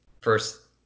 first